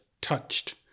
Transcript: touched